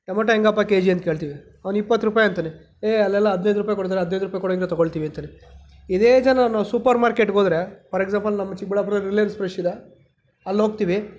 tomato ಹೇಗಪ್ಪಾ K G ಅಂತ ಕೇಳ್ತೀವಿ ಅವ್ನು ಇಪ್ಪತ್ತು ರೂಪಾಯಿ ಅಂತಲೇ ಏ ಅಲ್ಲೆಲ್ಲ ಹದ್ನೈದು ರೂಪಾಯಿ ಕೊಡ್ತಾರೆ ಹದ್ನೈದು ರೂಪಾಯಿ ಕೊಡೋವಂಗಿದ್ರೆ ತೊಗೊಳ್ತೀವಿ ಅಂತಲೇ ಇದೇ ಜನ ನಾವು ಸೂಪರ್ ಮಾರ್ಕೆಟ್ಗೋದ್ರೆ ಫಾರ್ ಎಕ್ಸಾಂಪಲ್ ನಮ್ಮ ಚಿಕ್ಕಬಳ್ಳಾಪುರ ರಿಲಯನ್ಸ್ ಫ್ರೆಶ್ ಇದೆ ಅಲ್ಲೋಗ್ತೀವಿ